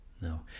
No